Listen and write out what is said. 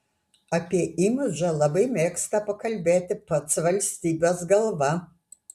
apie imidžą labai mėgsta pakalbėti pats valstybės galva